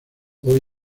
hoy